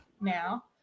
now